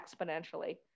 exponentially